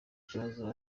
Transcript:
kibazo